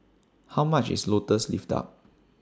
How much IS Lotus Leaf Duck